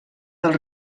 del